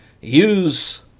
use